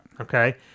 Okay